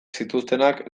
zituztenak